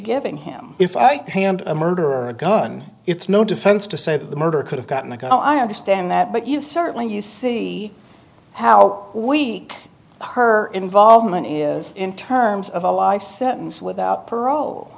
giving him if i could hand a murderer a gun it's no defense to say that the murderer could have gotten a gun i understand that but you certainly you see how weak her involvement is in terms of a life sentence without paro